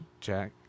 Jack